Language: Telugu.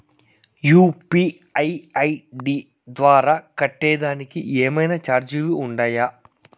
యు.పి.ఐ ఐ.డి ద్వారా కట్టేదానికి ఏమన్నా చార్జీలు ఉండాయా?